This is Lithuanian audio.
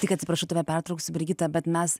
tik atsiprašau tave pertrauksiu brigita bet mes